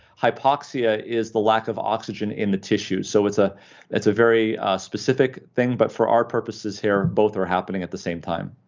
hypoxia is the lack of oxygen in the tissue, so it's ah it's a very specific thing, but for our purposes here, both are happening at the same time.